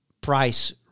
price